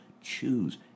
choose